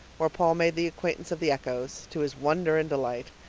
where paul made the acquaintance of the echoes, to his wonder and delight,